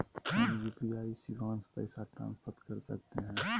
हम यू.पी.आई शिवांश पैसा ट्रांसफर कर सकते हैं?